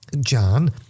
john